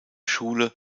schule